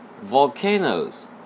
Volcanoes